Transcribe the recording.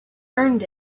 earned